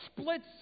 splits